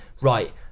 right